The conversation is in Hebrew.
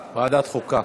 חוקה.